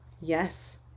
yes